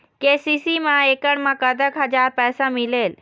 KCC मा एकड़ मा कतक हजार पैसा मिलेल?